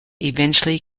eventually